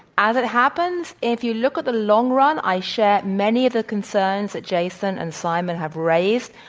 as it happens, if you look at the long run i share many of the concerns that jason and simon have raised.